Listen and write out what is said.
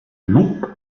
loop